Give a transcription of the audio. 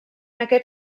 aquest